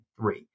three